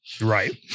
right